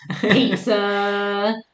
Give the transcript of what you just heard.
pizza